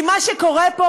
כי מה שקורה פה,